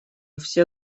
все